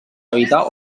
habitar